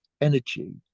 energy